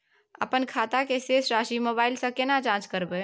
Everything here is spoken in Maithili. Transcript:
अपन खाता के शेस राशि मोबाइल से केना जाँच करबै?